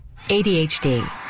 ADHD